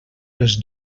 les